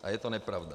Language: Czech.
A je to nepravda.